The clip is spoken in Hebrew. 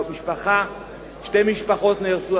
שתי משפחות נהרסו,